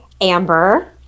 Amber